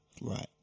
Right